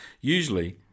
Usually